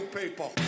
people